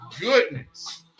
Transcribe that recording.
goodness